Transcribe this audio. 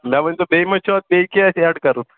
مےٚ ؤنۍتو بیٚیہِ ما چھُ اَتھ بیٚیہ کیٚنٛہہ ایڈ کَرُن